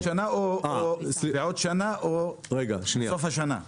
זה עוד שנה או סוף השנה?